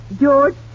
George